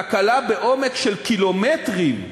תקלה בעומק של קילומטרים,